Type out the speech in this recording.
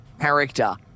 character